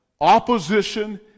opposition